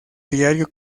diario